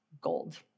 gold